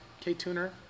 K-Tuner